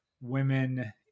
women